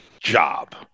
job